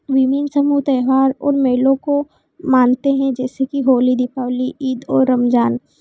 women समूह त्यौहार उन मेलों को मानते हैं जैसे कि होली दीपावली ईद और रमज़ान